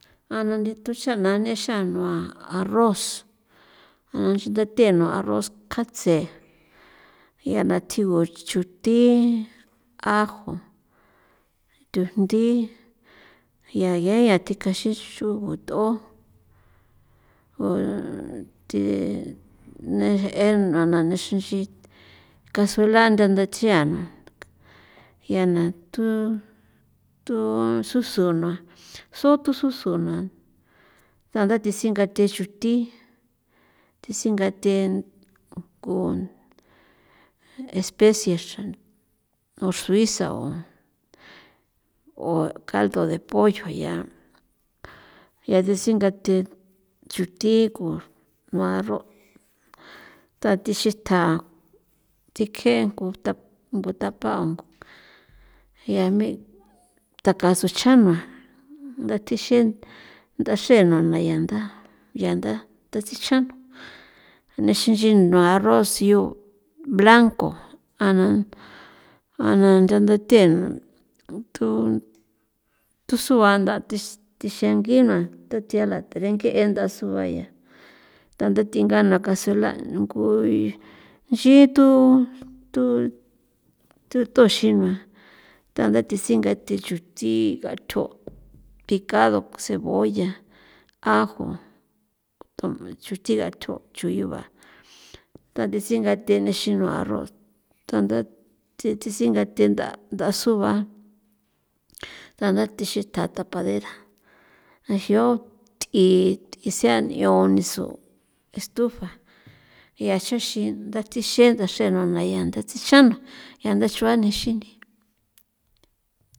A na ndithu chana nexa nua arroz a na xinda thenua arroz katse jia nda thigu chuthi ajo thujndhi ya yeña thilca xi xo ndo thi ne je'e na na xinxin kazuela nda ndachiana yana tu tususu nua so tususu nua ya tande tsungati xuthi thi siganthe gun especie norzuisa o caldo de pollo ya desingathe chuthi kunua arroz tathi xitja tikjeen guta guta pa ngu ya taka suchjan nua ndathexin ndaxe nuana ya nda sichjan nua nixin nua arroz yo blanco a nan a nan ndanathe ndo tusua nda thi xengi nua nthathia la taren nge'e nda suaya ndathe thingana kazuela ngui xituu tu taxinua ndande thingathe nda yuthi gatho picado cebolla, ajo chuthi gatho chu yu ba ndathe singathi nixin nua arroz ndathi xingathi sua ndathi xingathi tapadera ajio t'i t'i s'a n'io nisu estufa ya xoxi nda thixe ndaxe na ya ya nda tsixan nda ya nda xua nixin nt'i.